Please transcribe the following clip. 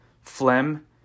phlegm